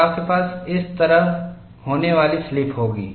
और आपके पास इस तरह होने वाली स्लिप होगी